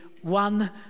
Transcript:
one